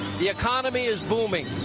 the economy is booming,